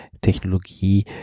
Technologie